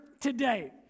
today